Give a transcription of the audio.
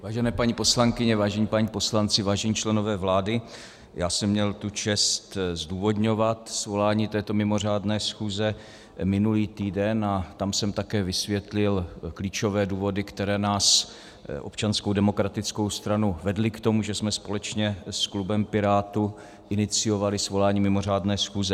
Vážené paní poslankyně, vážení páni poslanci, vážení členové vlády, já jsem měl tu čest zdůvodňovat svolání této mimořádné schůze minulý týden a tam jsem také vysvětlil klíčové důvody, které nás, Občanskou demokratickou stranu, vedly k tomu, že jsme společně s klubem Pirátů iniciovali svolání mimořádné schůze.